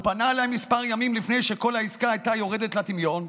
הוא פנה אליי כמה ימים לפני שכל העסקה הייתה יורדת לטמיון,